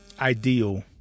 ideal